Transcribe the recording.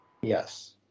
Yes